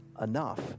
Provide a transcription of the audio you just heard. enough